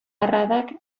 arradak